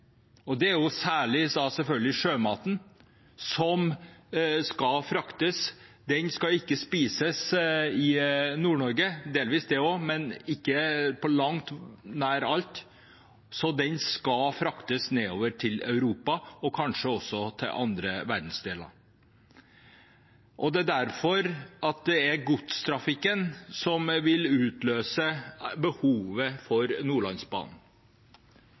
Det er selvfølgelig særlig sjømaten, som skal fraktes. Den skal ikke spises i Nord-Norge – delvis det også, men ikke på langt nær alt – den skal fraktes nedover til Europa og kanskje også til andre verdensdeler. Det er derfor det er godstrafikken som vil utløse behovet for Nordlandsbanen.